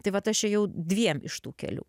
tai vat aš ėjau dviem iš tų kelių